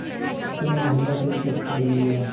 कितना महीना के किस्त बनेगा?